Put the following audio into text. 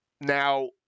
Now